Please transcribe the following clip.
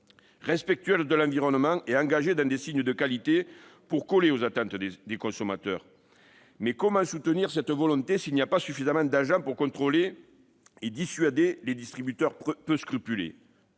respectueuse de l'environnement et engagée dans des signes de qualité pour répondre aux attentes des consommateurs. Cependant, comment soutenir cette volonté s'il n'y a pas suffisamment d'agents pour contrôler et dissuader les distributeurs peu scrupuleux ?